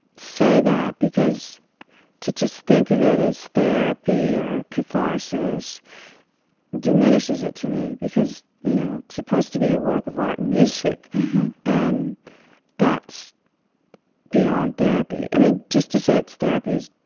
say that, because to just think of it as therapy or catharsis diminishes it to me, because, you know, it's suppose to be a work of art and music and that's beyond therapy. i mean, just to say it's therapy is,